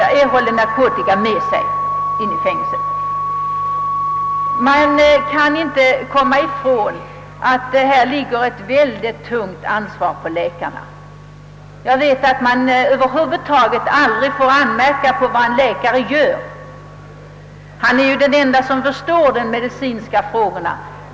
Vi kan inte komma ifrån att ett mycket tungt ansvar här vilar på läkarna. Jag vet att man över huvud taget aldrig får anmärka på vad en läkare gör — han är ju den ende som förstår de medicinska frågorna.